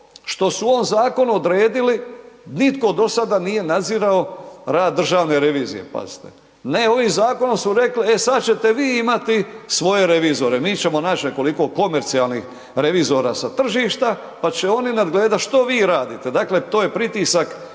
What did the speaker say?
što su u ovom zakonu odredili nitko do sada nije nadzirao rad Državne revizije, pazite, ne ovim zakonom su rekli, e sad ćete vi imati svoje revizore, mi ćemo naći nekoliko komercijalnih revizora sa tržišta pa će oni nadgledat što vi radite. Dakle, to je pritisak na